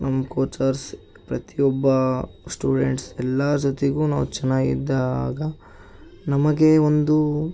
ನಮ್ ಕೋಚರ್ಸ್ ಪ್ರತಿಯೊಬ್ಬ ಸ್ಟೂಡೆಂಟ್ಸ್ ಎಲ್ಲರ ಜೊತೆಗೂ ನಾವು ಚೆನ್ನಾಗಿದ್ದಾಗ ನಮಗೆ ಒಂದು